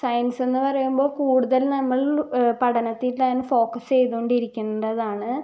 science എന്ന് പറയുമ്പോൾ കൂടുതൽ നമ്മൾ പഠനത്തിൽ തന്നെ ഫോക്കസ് ചെയ്ത് കൊണ്ടിരിക്കേണ്ടതാണ്